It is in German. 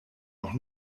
noch